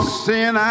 sin